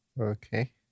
Okay